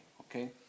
okay